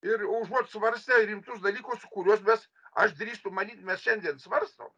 ir užuot svarstę rimtus dalykus kuriuos mes aš drįstu manyt mes šiandien svarstom